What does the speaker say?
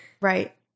Right